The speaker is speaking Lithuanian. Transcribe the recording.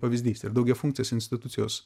pavyzdys ir daugiafunkcės institucijos